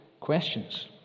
questions